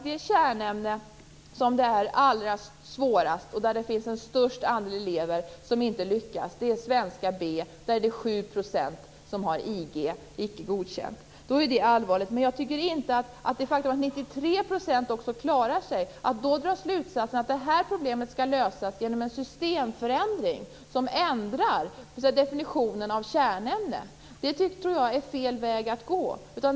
Det kärnämne som är allra svårast och där vi finner den största andelen elever som inte lyckas är svenska B. Där är det 7 % som har IG, Icke godkänd. Det är allvarligt, men det är också ett faktum att 93 % klarar sig. Att då dra slutsatsen att det här problemet skall lösas genom en systemförändring, som ändrar definitionen av kärnämne tror jag är fel väg att gå.